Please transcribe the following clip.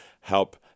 help